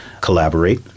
collaborate